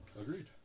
Agreed